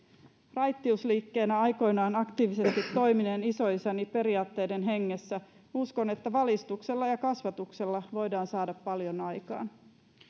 raittiusliikkeessä aikoinaan aktiivisesti toimineen isoisäni periaatteiden hengessä uskon että valistuksella ja kasvatuksella voidaan saada paljon aikaan